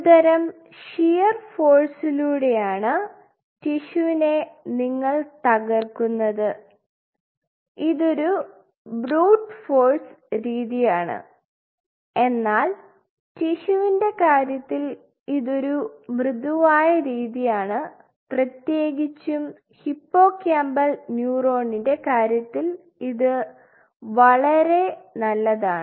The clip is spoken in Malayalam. ഒരുതരം ഷിയർ ഫോഴ്സിലൂടെയാണ് ടിഷ്യുനെ നിങ്ങൾ തകർക്കുന്നത് ഇതൊരു ബ്രൂട്ട് ഫോഴ്സ് രീതിയാണ് എന്നാൽ ടിഷ്യുവിൻറെ കാര്യത്തിൽ ഇതൊരു ഒരു മൃദുവായ രീതിയാണ് പ്രത്യേകിച്ചും ഹിപ്പോകാമ്പൽ ന്യൂറോൺൻറെ കാര്യത്തിൽ ഇതിൽ വളരെ നല്ലതാണ്